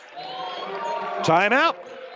Timeout